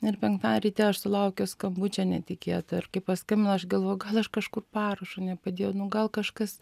ir penktsdienį ryte aš sulaukiau skambučio netikėto ir kai paskambino aš galvojau gal aš kažkur parašo nepadėjau nu gal kažkas